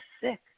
sick